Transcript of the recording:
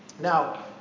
Now